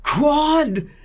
God